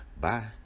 Bye